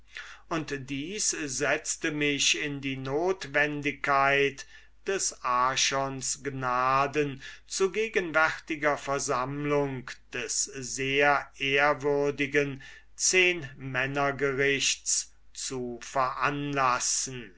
und dies setzte mich in die notwendigkeit des archons gnaden zu gegenwärtiger versammlung des sehr ehrwürdigen zehnmännergerichts zu veranlassen